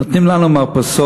נותנים לנו מרפסות,